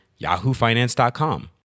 yahoofinance.com